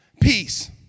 peace